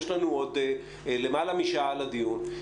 יש לנו עוד למעלה משעה לדיון.